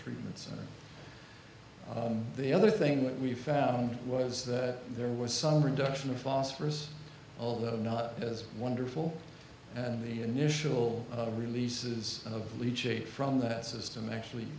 treatments or the other thing we found was that there was some reduction of phosphorus although not as wonderful and the initial releases of leachate from that system actually